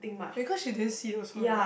because she didn't see also right